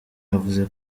yavuze